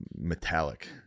metallic